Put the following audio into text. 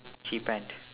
cheephant